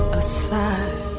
aside